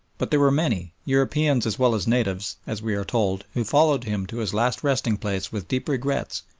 but there were many, europeans as well as natives, as we are told, who followed him to his last resting-place with deep regrets,